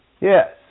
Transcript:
Yes